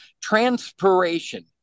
transpiration